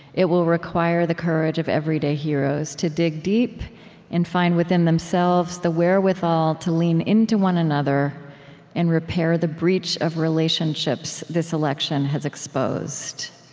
it will require the courage of everyday heroes to dig deep and find within themselves the wherewithal to lean into one another and repair the breach of relationships this election has exposed.